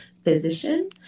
physician